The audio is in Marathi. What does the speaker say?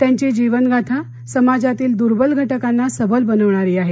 त्यांची जीवन गाथा समाजातील दुर्बल घटकांना सबल बनविणारी आहे